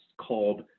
called